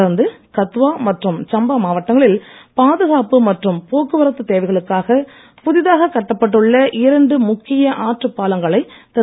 தொடர்ந்து கத்துவா மற்றும் சம்பா மாவட்டங்களில் பாதுகாப்பு மற்றும் போக்குவரத்து தேவைகளுக்காக புதிதாக கட்டப்பட்டுள்ள இரண்டு முக்கிய ஆற்றுப்பாலங்களை திரு